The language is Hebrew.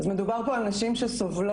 מדובר פה על נשים שסובלות,